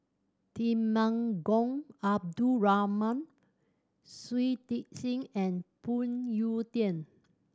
Temenggong Abdul Rahman Shui Tit Sing and Phoon Yew Tien